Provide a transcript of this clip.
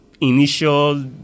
initial